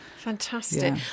Fantastic